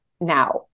now